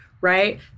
right